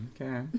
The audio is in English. Okay